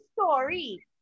story